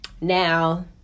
now